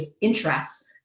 interests